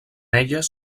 elles